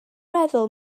meddwl